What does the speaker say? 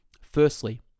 Firstly